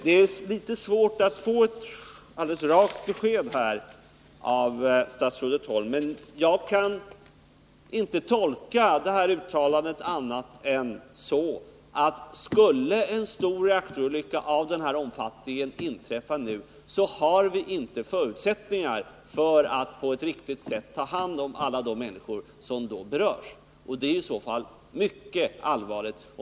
Det är litet svårt att få ett alldeles rakt besked av statsrådet Holm. Jag kan inte tolka hennes uttalande på annat sätt än att om en stor reaktorolycka av den här omfattningen skulle inträffa nu, så har vi inte förutsättningar att på ett riktigt sätt ta hand om alla de människor som då berörs. Det är i så fall mycket allvarligt.